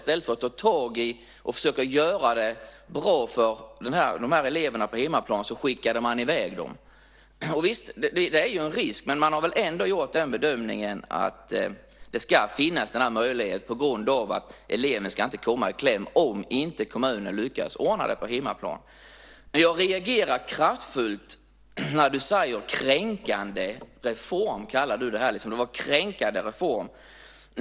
I stället för att ta tag i detta och försöka göra det bra för de här eleverna på hemmaplan så skickade man i väg dem. Det är ju en risk, men man har ändå gjort den bedömningen att den här möjligheten ska finnas så att inte eleven ska komma i kläm om kommunen inte lyckas ordna det på hemmaplan. Jag reagerar kraftfullt när du kallar detta en kränkande reform.